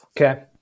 Okay